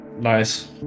nice